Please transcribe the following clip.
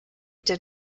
did